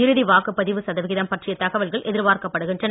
இறுதி வாக்குப் பதிவு சதவிகிதம் பற்றிய தகவல்கள் எதிர்பார்க்கப்படுகின்றன